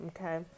okay